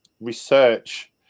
research